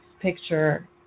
picture